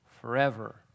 forever